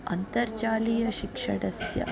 अन्तर्जालीय शिक्षणस्य